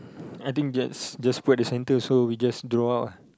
I think just just put at the center so we just draw out ah